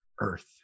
earth